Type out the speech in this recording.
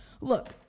Look